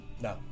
No